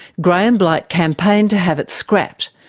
graham blight campaigned to have it scrapped,